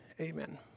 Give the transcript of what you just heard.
Amen